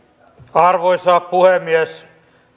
arvoisa puhemies